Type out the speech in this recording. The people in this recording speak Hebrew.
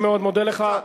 אני מאוד מודה לך.